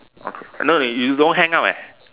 okay no you don't hang up leh